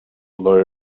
low